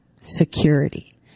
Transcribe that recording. security